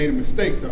and mistake, though,